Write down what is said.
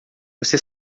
você